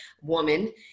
woman